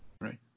right